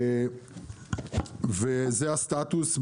זה הסטטוס,